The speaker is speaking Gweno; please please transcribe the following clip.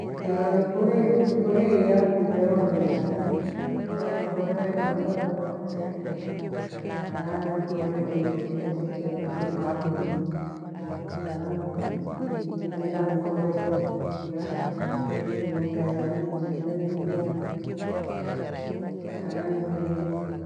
Kindo nifurie iya ikero ni kole ni kolele marivaghakwa ghachai ninywe kana nikore kindo kyokyoshe kiya, marughu kana ngumba nikorere iya, nikore kana iokea nichemshe nifuria iya findo vya ikero ghana ninywe umu.